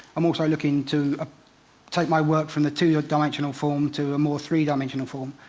i'm also looking to ah take my work from the two-dimensional form to a more three-dimensional form.